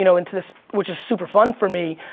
you know into this, which is super fun for me.